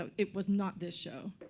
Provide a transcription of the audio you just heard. ah it was not this show.